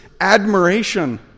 admiration